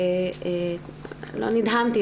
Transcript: לא נדהמתי,